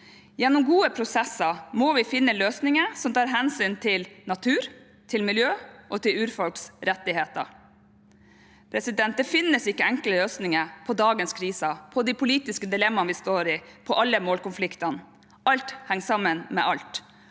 Gjennom gode prosesser må vi finne løs ninger som tar hensyn til natur, til miljø og til urfolks rettigheter. Det finnes ikke enkle løsninger på dagens kriser, på de politiske dilemmaene vi står i, på alle målkonfliktene. Alt henger sammen med alt.